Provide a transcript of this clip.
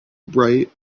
bright